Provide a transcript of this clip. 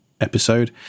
episode